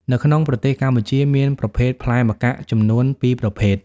នៅក្នុងប្រទេសកម្ពុជាមានប្រភេទផ្លែម្កាក់ចំនួន ពីរប្រភេទ។